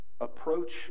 approach